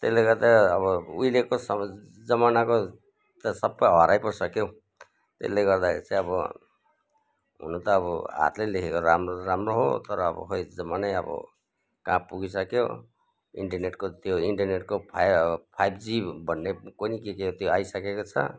त्यसले गर्दा अब उहिलेको स जमानाको त सबै हराइ पो सक्यो हौ त्यसले गर्दाखेरि चाहिँ अब हुनु त अब हातले लेखेको राम्रो त राम्रो हो तर अब खोइ जमानै अब कहाँ पुगिसक्यो इन्टरनेटको त्यो इन्टरनेटको फाइ ह फाइभ जी भन्ने कोनि के के त्यो आइसकेको छ